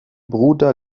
bruder